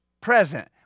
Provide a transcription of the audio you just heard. present